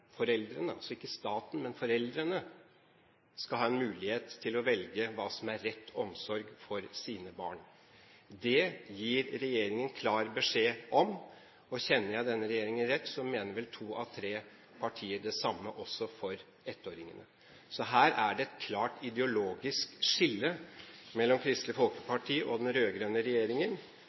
foreldrene – altså ikke staten, men foreldrene – skal ha en mulighet til å velge hva som er rett omsorg for sine barn. Det gir regjeringen klar beskjed om. Og kjenner jeg denne regjeringen rett, så mener vel to av tre partier det samme også når det gjelder ettåringene. Så her er det et klart ideologisk skille mellom Kristelig Folkeparti og den rød-grønne regjeringen,